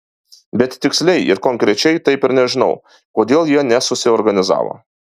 bet tiksliai ir konkrečiai taip ir nežinau kodėl jie nesusiorganizavo